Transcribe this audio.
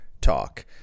talk